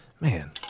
man